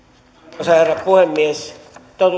arvoisa herra puhemies